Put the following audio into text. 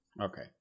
Okay